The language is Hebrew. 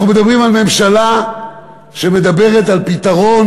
אנחנו מדברים על ממשלה שמדברת על פתרון